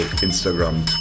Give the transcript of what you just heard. Instagram